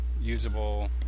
usable